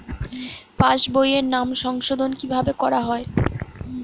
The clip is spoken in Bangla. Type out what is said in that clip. পাশ বইয়ে নাম সংশোধন কিভাবে করা হয়?